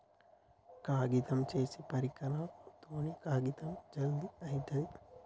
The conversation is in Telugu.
కాగితం చేసే పరికరాలతో కాగితం జల్ది అయితది